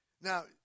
Now